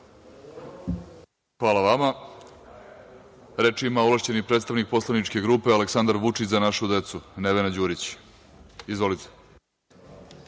Hvala vama. Reč ima ovlašćeni predstavnik Poslaničke grupe „Aleksandar Vučić – Za našu decu“, Nevena Đurić. **Nevena